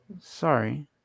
sorry